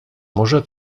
może